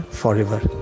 forever